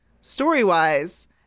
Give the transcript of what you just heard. story-wise